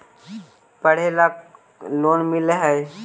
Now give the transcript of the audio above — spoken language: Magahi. पढ़े ला लोन मिल है?